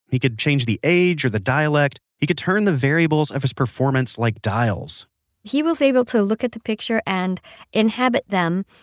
he could change the age or the dialect. he could turn the variables of his performance like dials he was able to look at the picture and inhabit them,